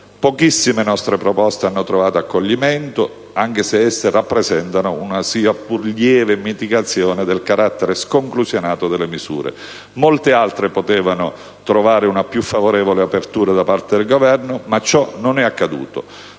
Pochissime nostre proposte hanno trovato accoglimento, anche se esse rappresentano una sia pur lieve mitigazione del carattere sconclusionato delle misure. Molte altre potevano trovare una più favorevole apertura da parte del Governo, ma ciò non è accaduto.